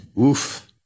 Oof